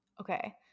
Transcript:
okay